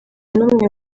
n’umwe